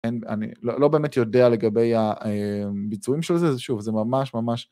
אני לא באמת יודע לגבי הביצועים של זה, שוב, זה ממש ממש...